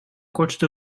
kortste